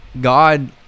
god